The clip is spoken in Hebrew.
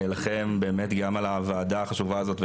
לכם גם על הוועדה החשובה הזאת,